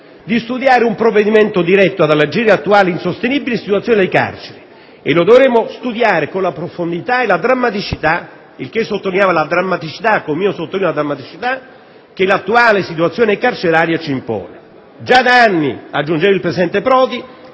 di studiare un provvedimento diretto ad alleggerire l'attuale insostenibile situazione delle carceri. E lo dovremo studiare con la profondità e la drammaticità» - sottolineava quindi la drammaticità, come faccio anche io - «che l'attuale situazione carceraria ci impone. Già da anni» ‑ aggiungeva il presidente Prodi